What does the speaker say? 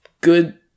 good